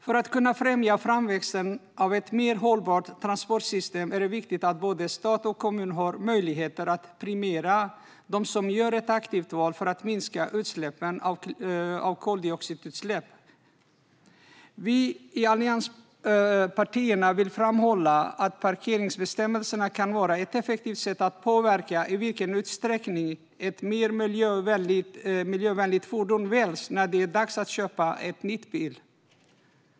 För att kunna främja framväxten av ett mer hållbart transportsystem är det viktigt att både stat och kommun har möjlighet att premiera dem som gör ett aktivt val för att minska utsläppen av koldioxid. Allianspartierna vill framhålla parkeringsbestämmelser som ett effektivt sätt att påverka i vilken utsträckning mer miljövänliga fordon väljs när det är dags att köpa ny bil.